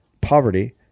poverty